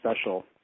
Special